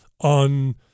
on